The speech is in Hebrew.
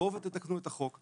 בואו ותתקנו את החוק.